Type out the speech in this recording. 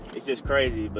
it's just crazy. but,